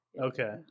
Okay